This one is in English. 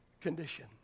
condition